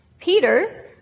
Peter